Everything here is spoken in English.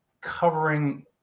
covering